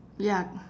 ya